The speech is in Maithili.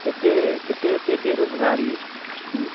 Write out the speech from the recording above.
एते एते बेरोजगारी हूँ